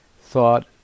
thought